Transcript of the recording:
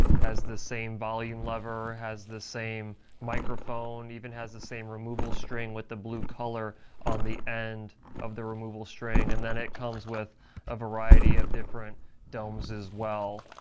has the same volume lever, has the same microphone, even has the same removal string with the blue color on the end of the removal string, and then it comes with a variety of different domes as well.